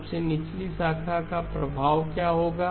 सबसे निचली शाखा का प्रभाव क्या होगा